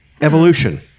Evolution